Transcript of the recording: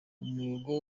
umuhigo